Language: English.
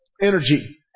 energy